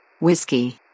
Whiskey